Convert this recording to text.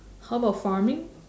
how about farming